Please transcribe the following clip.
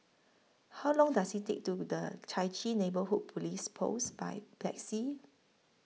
How Long Does IT Take to get to The Chai Chee Neighbourhood Police Post By Taxi